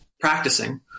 practicing